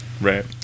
Right